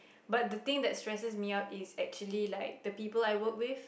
but the thing that stresses me out is actually like the people I work with